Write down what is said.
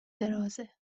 درازه